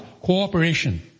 Cooperation